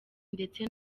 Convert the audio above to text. ndetse